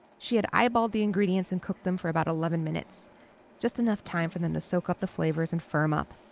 she had eyeballed the ingredients and cooked them for about eleven minutes just enough time for them to soak up the flavors and firm up.